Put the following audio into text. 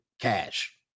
cash